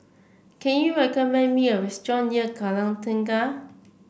can you recommend me a restaurant near Kallang Tengah